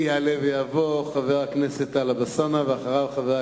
יעלה ויבוא חבר הכנסת טלב אלסאנע,